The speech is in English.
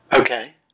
Okay